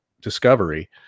discovery